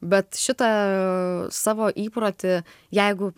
bet šitą savo įprotį jeigu